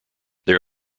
their